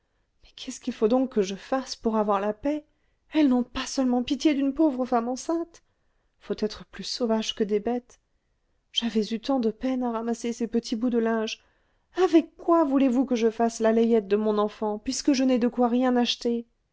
mais qu'est-ce qu'il faut donc que je fasse pour avoir la paix elles n'ont pas seulement pitié d'une pauvre femme enceinte faut être plus sauvage que des bêtes j'avais eu tant de peine à ramasser ces petits bouts de linge avec quoi voulez-vous que je fasse la layette de mon enfant puisque je n'ai de quoi rien acheter